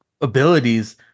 abilities